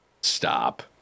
Stop